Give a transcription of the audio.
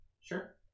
sure